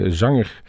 zanger